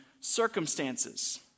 circumstances